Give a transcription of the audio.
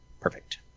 perfect